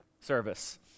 service